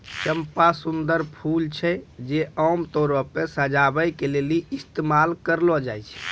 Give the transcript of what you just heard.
चंपा सुंदर फूल छै जे आमतौरो पे सजाबै के लेली इस्तेमाल करलो जाय छै